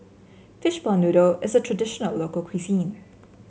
Fishball Noodle is a traditional local cuisine